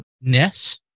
Ness